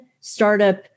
startup